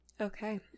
Okay